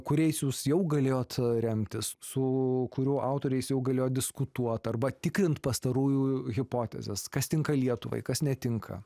kuriais jūs jau galėjot remtis su kurių autoriais jau galėjot diskutuot arba tikrint pastarųjų hipotezes kas tinka lietuvai kas netinka